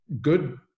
good